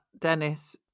Dennis